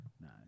Nice